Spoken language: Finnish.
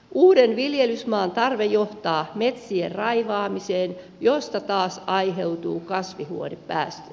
uuden viljelysmaan tarve johtaa metsien raivaamiseen josta taas aiheutuu kasvihuonepäästöjä